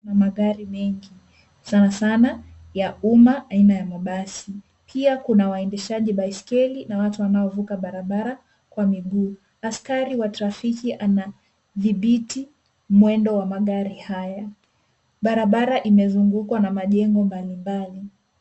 Kuna gari mengi, sanasana ya umma aina ya mabasi. Pia kuna waendeshaji baiskeli na watu wanaovuka barabara kwa miguu. Askari wa trafiki anadhibiti mwendo wa magari haya. Barabara imezungukwa na majengo mbalimbali.